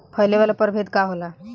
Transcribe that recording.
फैले वाला प्रभेद का होला?